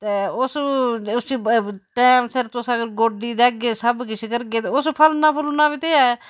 ते उस उसी टैम सिर तुस अगर गोड्डी देगे सब किश करगे तां उस फलना फुल्लना बी ते ऐ